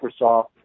Microsoft